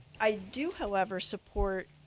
i do however support